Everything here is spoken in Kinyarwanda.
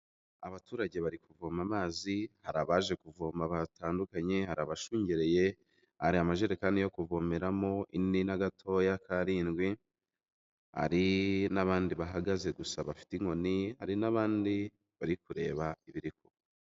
Abaturage bari kuvoma amazi hari abaje kuvoma batandukanye, hari abashungereye, hari amajerekani yo kuvomeramo inini na gatoya karindwi, hari n'abandi bahagaze gusa bafite inkoni, hari n'abandi bari kureba ibiri kuba.